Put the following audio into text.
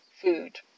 food